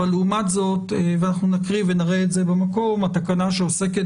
אבל לעומת זאת ואנחנו נקריא ונראה את זה במקום התקנה שעוסקת